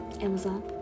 Amazon